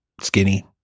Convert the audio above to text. skinny